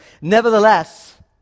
nevertheless